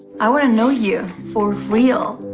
i want to know you for real,